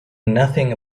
nothing